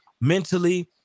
mentally